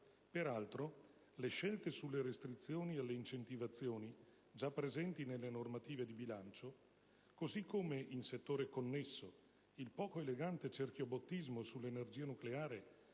Peraltro, le scelte sulle restrizioni alle incentivazioni, già presenti nelle normative di bilancio, così come, in settore connesso, il poco elegante cerchiobottismo sull'energia nucleare,